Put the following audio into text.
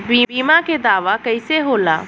बीमा के दावा कईसे होला?